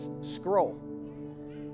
scroll